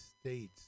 States